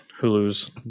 Hulu's